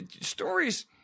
stories